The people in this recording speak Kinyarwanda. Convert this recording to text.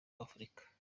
w’afurika